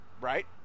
right